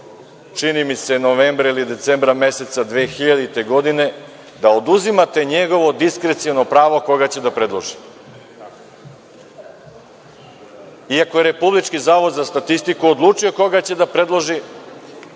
čini mi se novembra ili decembra meseca 2000. godine, da oduzimate njegovo diskreciono pravo koga će da predloži. I ako je Republički zavod za statistiku odlučio koga će da predloži,